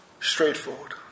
Straightforward